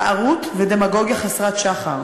בערות ודמגוגיה חסרת שחר."